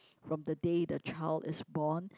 from the day the child is born